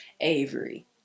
Avery